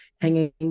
hanging